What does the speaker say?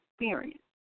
experience